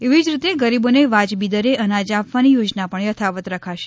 એવી જ રીતે ગરીબોને વાજબી દરે અનાજ આપવાની યોજના પણ યથાવત રખાશે